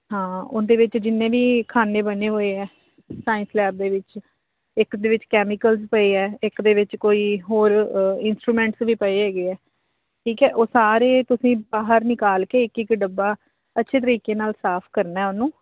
ਹਾਂ ਉਹਦੇ ਵਿੱਚ ਜਿੰਨੇ ਵੀ ਖਾਨੇ ਬਣੇ ਹੋਏ ਆ ਸਾਇੰਸ ਲੈਬ ਦੇ ਵਿੱਚ ਇੱਕ ਦੇ ਵਿੱਚ ਕੈਮੀਕਲਸ ਪਏ ਆ ਇੱਕ ਦੇ ਵਿੱਚ ਕੋਈ ਹੋਰ ਇੰਸਟਰੂਮੈਂਟਸ ਵੀ ਪਏ ਹੈਗੇ ਆ ਠੀਕ ਹੈ ਉਹ ਸਾਰੇ ਤੁਸੀਂ ਬਾਹਰ ਨਿਕਾਲ ਕੇ ਇੱਕ ਇੱਕ ਡੱਬਾ ਅੱਛੇ ਤਰੀਕੇ ਨਾਲ ਸਾਫ਼ ਕਰਨਾ ਉਹਨੂੰ